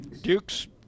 Dukes